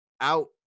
out